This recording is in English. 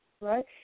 Right